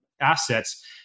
assets